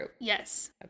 Yes